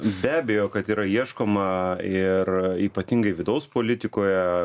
be abejo kad yra ieškoma ir ypatingai vidaus politikoje